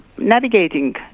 Navigating